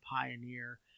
pioneer